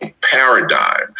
paradigm